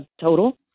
total